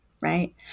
right